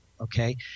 okay